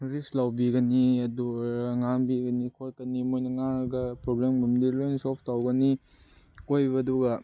ꯔꯤꯛꯁ ꯂꯧꯕꯤꯒꯅꯤ ꯑꯗꯨꯒ ꯉꯥꯡꯕꯤꯒꯅꯤ ꯈꯣꯠꯀꯅꯤ ꯃꯣꯏꯅ ꯉꯥꯡꯉꯒ ꯄ꯭ꯔꯣꯕ꯭ꯂꯦꯝꯒꯨꯝꯕꯗꯤ ꯂꯣꯏꯅ ꯁꯣꯜꯐ ꯇꯧꯒꯅꯤ ꯀꯣꯏꯕꯗꯨꯒ